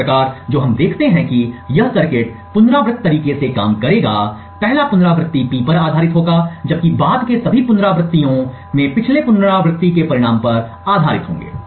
इस प्रकार जो हम देखते हैं कि यह सर्किट पुनरावृत्त तरीके से काम करेगा पहला पुनरावृत्ति P पर आधारित होगा जबकि बाद के सभी पुनरावृत्तियों पिछले पुनरावृत्ति के परिणाम पर आधारित होंगे